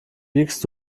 wiegst